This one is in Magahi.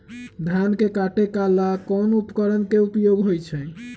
धान के काटे का ला कोंन उपकरण के उपयोग होइ छइ?